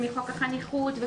מחוק החניכות,